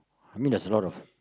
I mean there's a lot of